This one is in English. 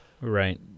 right